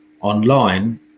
Online